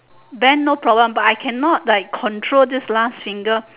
bend no problem but I cannot like control this last finger